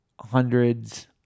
hundreds